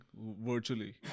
virtually